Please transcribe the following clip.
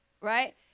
right